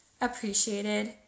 appreciated